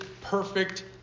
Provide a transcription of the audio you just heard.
perfect